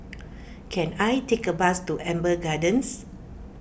can I take a bus to Amber Gardens